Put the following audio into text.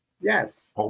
Yes